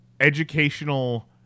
educational